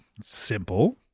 simple